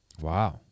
Wow